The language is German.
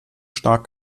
stark